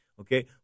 Okay